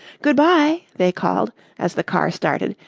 good-bye, they called as the car started,